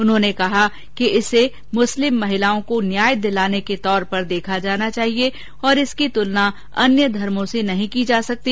उन्होंने कहा कि इसे मुस्लिम महिलाओं को न्याय दिलाने के तौर पर देखा जाना चाहिए और इसकी तुलना अन्य धर्मों से नहीं की जा सकती